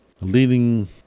leading